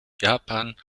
japan